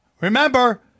Remember